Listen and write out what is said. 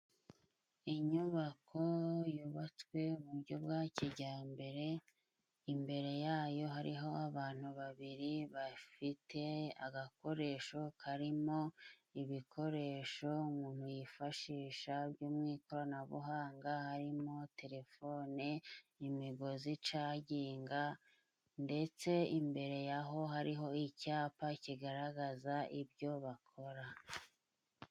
Inyubako yubatswe mu buryo bwa kijyambere, imbere yayo hariho abantu babiri bafite agakoresho karimo ibikoresho umuntu yifashisha byo mu ikoranabuhanga, harimo telefone, imigozi icaginga, ndetse imbere yaho hariho icyapa kigaragaza ibyo bakora.